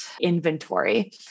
inventory